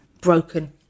broken